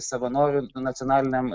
savanorių nacionaliniam